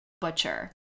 butcher